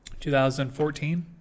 2014